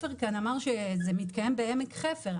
עופר אמר כאן שזה מתקיים בעמק חופר.